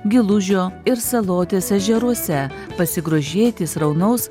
gilužio ir salotės ežeruose pasigrožėti sraunaus